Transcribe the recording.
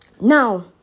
now